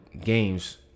games